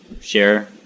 share